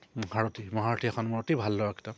মহাৰথী মহাৰথী এখন মোৰ অতি ভাল লগা কিতাপ